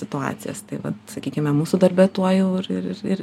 situacijas tai vat sakykime mūsų darbe tuo jau ir ir ir